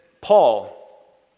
Paul